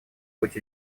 быть